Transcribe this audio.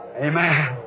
Amen